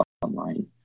online